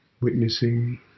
witnessing